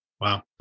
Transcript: Wow